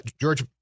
George –